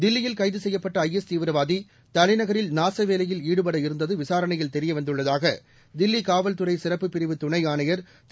தில்லியில் கைது செய்யப்பட்ட ஐஎஸ் தீவிரவாதி தலைநகரில் நாசவேலையில் ஈடுபடவிருந்தது விசாரணையில் தெரியவந்துள்ளதாக தில்லி காவல்துறை சிறப்புப் பிரிவு துணை ஆணையர் திரு